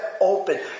open